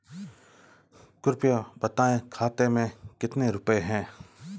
कृपया बताएं खाते में कितने रुपए हैं?